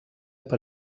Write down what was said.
per